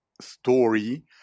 story